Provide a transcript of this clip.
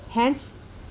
hence